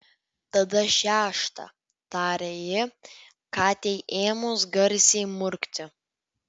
tada šeštą tarė ji katei ėmus garsiai murkti